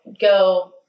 go